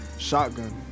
Shotgun